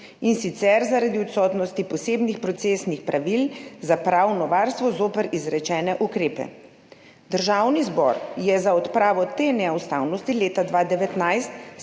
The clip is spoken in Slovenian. in sicer zaradi odsotnosti posebnih procesnih pravil za pravno varstvo zoper izrečene ukrepe. Državni zbor je za odpravo te neustavnosti leta 2019